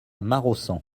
maraussan